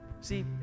See